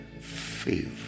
Favor